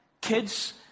kids